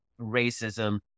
racism